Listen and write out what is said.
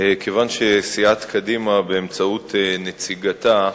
כיוון שסיעת קדימה, באמצעות נציגתה,